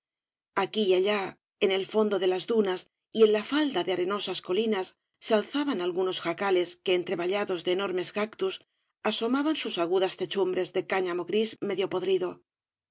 aquí y allá en el fondo de las dunas y en la falda de arenosas colinas se alzaban algunos jacales que entre vallados de enormes cactus asomaban sus agudas techumbres de cáñamo gris medio podrido